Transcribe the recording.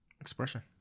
expression